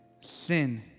sin